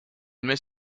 mes